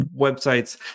websites